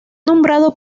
nombrado